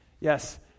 Yes